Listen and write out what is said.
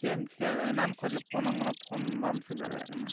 ᱪᱮᱫ ᱮᱢ ᱪᱤᱠᱟᱭᱮᱫᱟ ᱮᱱᱟ ᱠᱷᱚᱡ ᱞᱮ ᱯᱷᱳᱱ ᱟᱢ ᱠᱟᱱᱟ ᱯᱷᱳᱱ ᱵᱟᱢ ᱨᱤᱥᱤᱵᱷ ᱫᱟᱲᱮᱭᱟᱜ ᱠᱟᱱᱟ